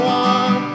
one